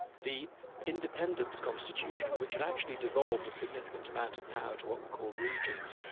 the independence constitution, which had actually devolved a significant amount of power to what were called regions,